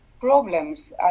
problems